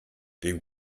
dem